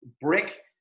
Brick